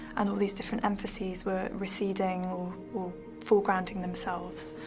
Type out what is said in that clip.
and all these different emphases were receding or foregrounding themselves.